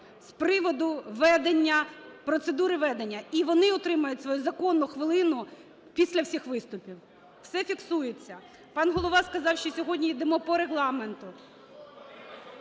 з приводу ведення, процедури ведення. І вони отримають свою законну хвилину після всіх виступів. Все фіксується. Пан Голова сказав, що сьогодні йдемо по Регламенту.